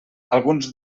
alguns